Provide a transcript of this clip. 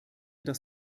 das